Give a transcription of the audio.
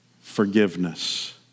forgiveness